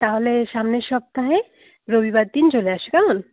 তাহলে সামনের সপ্তাহে রবিবার দিন চলে আসো কেমন